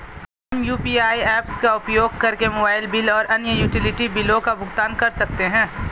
हम UPI apps का उपयोग करके मोबाइल बिल और अन्य यूटिलिटी बिलों का भुगतान कर सकते हैं